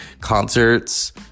concerts